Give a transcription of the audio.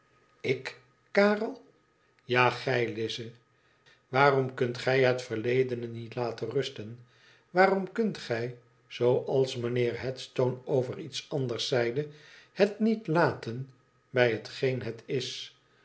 ik karel ja gij lize waarom kunt gij het verledene niet laten rusten waarom kunt gij zooals mijnheer headstone over iets anders zeide het niet laten bij hetgeen het is